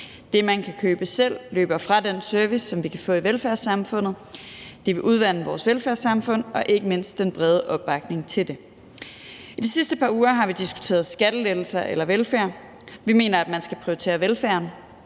Det, man kan købe selv, løber fra den service, som vi kan få i velfærdssamfundet. Det vil udvande vores velfærdssamfund og ikke mindst den brede opbakning til det. I de sidste par uger har vi diskuteret skattelettelser eller velfærd. Vi mener, at man skal prioritere velfærden,